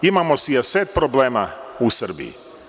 Imamo sijaset problema u Srbiji.